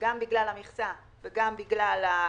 הם אמרו לנו שגם מבחינת הבדיקות והכול.